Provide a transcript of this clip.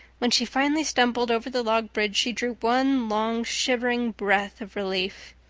when she finally stumbled over the log bridge she drew one long shivering breath of relief.